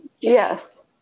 Yes